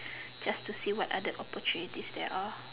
just so see what are the opportunities there are